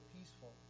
peaceful